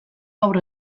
gaur